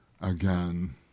again